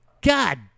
God